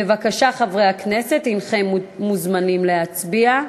בבקשה, חברי הכנסת, הנכם מוזמנים להצביע.